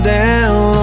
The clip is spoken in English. down